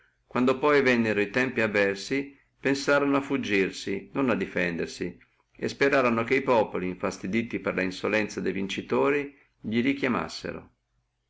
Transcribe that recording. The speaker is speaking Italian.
quando poi vennono i tempi avversi pensorono a fuggirsi e non a defendersi e sperorono che populi infastiditi dalla insolenzia de vincitori i rimesso